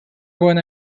won